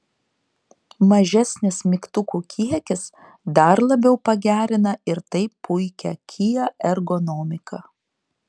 mažesnis mygtukų kiekis dar labiau pagerina ir taip puikią kia ergonomiką